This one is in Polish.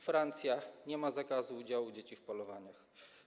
Francja - nie ma zakazu udziału dzieci w polowaniach.